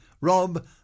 Rob